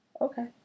Okay